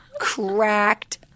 cracked